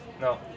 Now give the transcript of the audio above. No